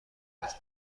وقتی